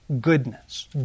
Goodness